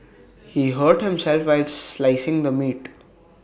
he hurt himself while slicing the meat